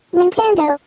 Nintendo